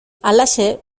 halaxe